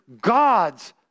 God's